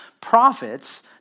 prophets